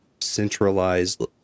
centralized